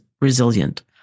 resilient